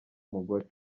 umugore